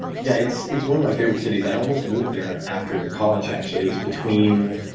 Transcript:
yeah, it's it's one of my favorite cities. i almost moved there after college actually. it was between